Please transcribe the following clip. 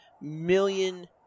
million